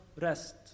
rest